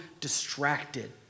distracted